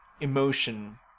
emotion